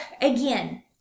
again